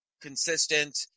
consistent